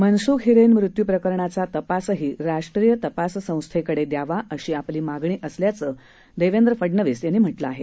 मनसूख हिरेन मृत्यू प्रकरणाचा तपासही राष्ट्रीय तपास संस्थेकडे द्यावा अशी आपली मागणी असल्याचं फडणवीस यांनी म्हटलं आहे